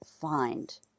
find